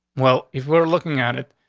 well, if we're looking at it,